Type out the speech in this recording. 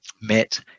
met